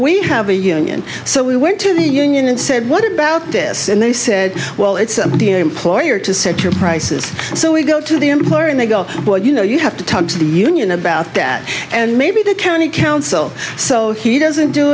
we have a union so we went to the union and said what about this and they said well it's the employer to set your prices so we go to the employer and they go you know you have to talk to the union about that and maybe the county council so he doesn't do